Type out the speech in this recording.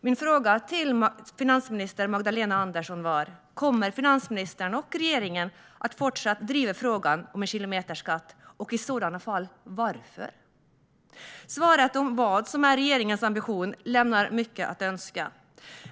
Min fråga till finansminister Magdalena Andersson är: Kommer finansministern och regeringen att fortsätta att driva frågan om en kilometerskatt? I sådana fall: varför? Svaret på vad som är regeringens ambition lämnar mycket att önska.